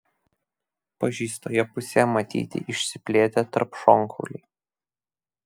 pažeistoje pusėje matyti išsiplėtę tarpšonkauliai